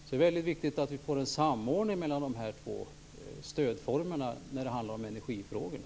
Det är väldigt viktigt att vi får en samordning mellan de här två stödformerna när det handlar om energifrågorna.